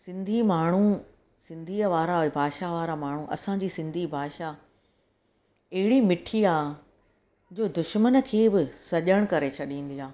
सिंधी माण्हू सिंधीअ वारा भाषा वारा माण्हू असांजी सिंधी भाषा अहिड़ी मिठी आहे जो दुश्मन खे बि सॼणु करे छॾींदी आहे